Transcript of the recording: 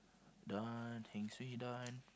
done heng suay done